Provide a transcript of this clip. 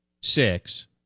six